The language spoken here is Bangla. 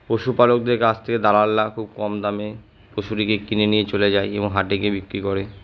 পশুপালকদের কাছ থেকে দালালরা খুব কম দামে পশুটিকে কিনে নিয়ে চলে যায় এবং হাটে গিয়ে বিক্রি করে